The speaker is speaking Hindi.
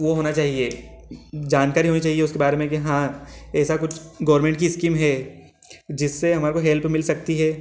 वह होना चाहिए जानकारी होनी चाहिए उसके बारे में कि हाँ ऐसा कुछ गोवर्मेंट की स्कीम है जिससे हमारे को हेल्प मिल सकती है